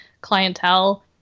clientele